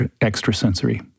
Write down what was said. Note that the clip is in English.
extrasensory